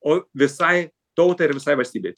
o visai tautai ir visai valstybei